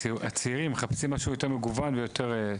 הצעירים מחפשים משהו יותר מגוון ויותר.